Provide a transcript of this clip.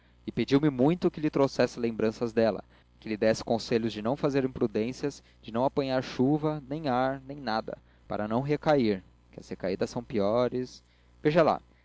e pediu-me muito que lhe trouxesse lembranças dela que lhe desse conselho de não fazer imprudências de não apanhar chuva nem ar nem nada para não recair que as recaídas são piores veja lá